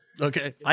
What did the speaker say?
Okay